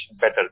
better